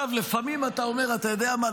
לפעמים אתה אומר, אתה יודע מה?